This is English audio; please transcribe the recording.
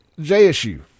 JSU